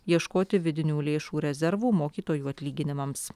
ieškoti vidinių lėšų rezervų mokytojų atlyginimams